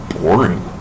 boring